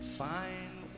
fine